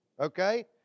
okay